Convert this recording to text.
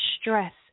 stress